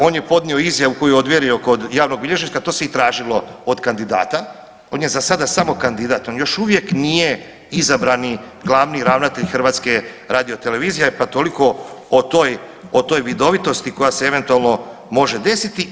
On je podnio izjavu koju je ovjerio kod javnog bilježnika to se i tražilo od kandidata, on je za sada samo kandidat on još uvijek nije izabrani glavni ravnatelj HRT-a pa toliko o toj vidovitosti koja se eventualno može desiti.